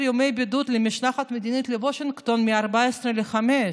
ימי בידוד למשלחת המדינית לוושינגטון מ-14 לחמישה,